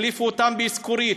החליפו אותם באיסכורית.